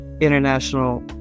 international